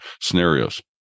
scenarios